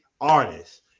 artists